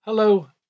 Hello